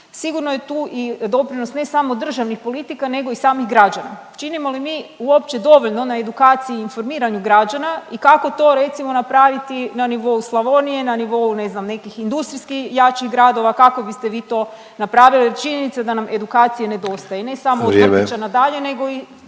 Sigurno je tu i doprinos ne samo državnih politika, nego i samih građana. Činimo li mi uopće dovoljno na edukaciji i informiranju građana i kako to recimo napraviti na nivou Slavonije, na nivou ne znam nekih industrijskih jačih gradova, kako biste vi to napravili jer činjenica je da nam edukacije nedostaje … …/Upadica Ante Sanader: